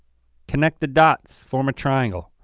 connect the dots, form a triangle.